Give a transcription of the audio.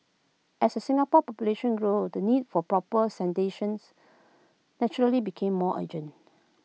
as Singapore population grew the need for proper sanitations naturally became more urgent